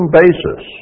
basis